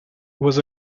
was